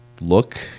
look